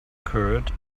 curd